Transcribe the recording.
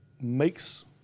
makes